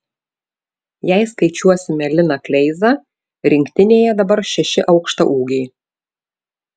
jei skaičiuosime liną kleizą rinktinėje dabar šeši aukštaūgiai